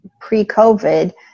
pre-COVID